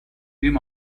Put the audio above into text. ریم